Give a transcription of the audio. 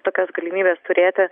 tokios galimybės turėti